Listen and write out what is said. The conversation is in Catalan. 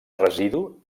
residu